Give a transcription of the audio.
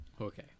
Okay